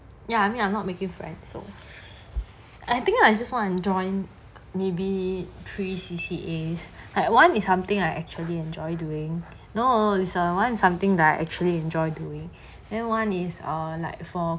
ya I mean I'm not making friends so I think I just wanna join maybe three C_C_As like one is something I actually enjoy doing no listen this one something that I actually enjoy doing then one is err like for